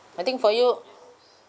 I think for you